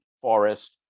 forest